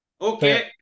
okay